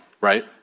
right